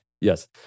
Yes